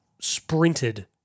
sprinted